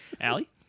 Allie